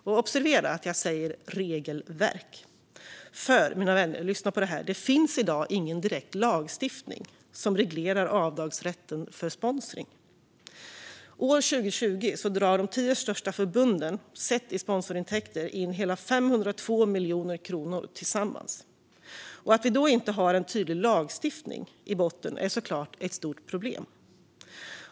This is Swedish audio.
Och observera att jag säger "regelverk", mina vänner, för lyssna på det här: Det finns i dag ingen direkt lagstiftning som reglerar avdragsrätten för sponsring! År 2020 drog de tio största förbunden sett i sponsorintäkter in hela 502 miljoner kronor tillsammans. Att vi då inte har en tydlig lagstiftning i botten är såklart ett problem.